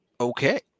Okay